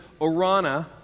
Orana